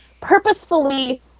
purposefully